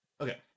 okay